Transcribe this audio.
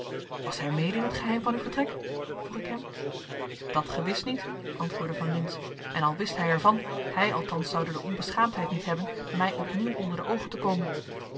was hij mede in t geheim van uw vertrek vroeg ik hem dat gewis niet antwoordde van lintz en al wist hij er van hij althans zoude de onbeschaamdheid niet hebben mij opnieuw onder de oogen te komen